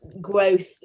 growth